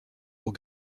aux